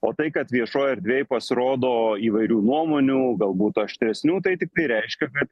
o tai kad viešoj erdvėj pasirodo įvairių nuomonių galbūt aštresnių tai tik tai reiškia kad